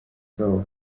sol